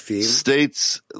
states